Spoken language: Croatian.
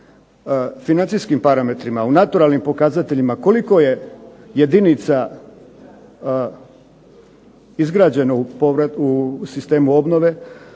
financijskim parametrima, u naturalnim pokazateljima koliko je jedinica izgrađeno u sistemu obnove,